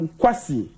kwasi